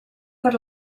per